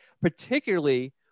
particularly